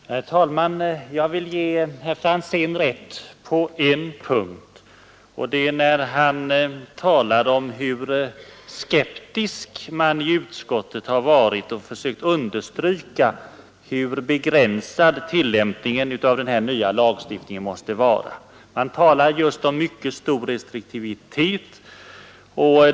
Herr talman! Jag vill ge herr Franzén rätt på en punkt, nämligen när han talar om hur skeptiskt utskottet varit till förslaget och att det försökt understryka hur begränsad tillämpningen av den nya lagstiftningen måste vara; det talas just om mycket stor restriktivitet.